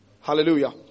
Hallelujah